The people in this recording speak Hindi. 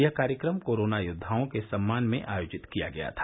यह कार्यक्रम कोरोना योद्वाओं के सम्मान में आयोजित किया गया था